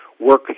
work